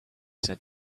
said